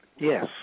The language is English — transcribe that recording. Yes